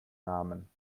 namen